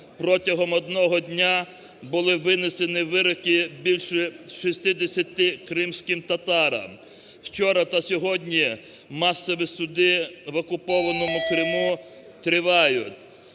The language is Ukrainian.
протягом одного дня були винесені вироки більше 60 кримським татарам. Вчора та сьогодні масові суди в окупованому Криму тривають,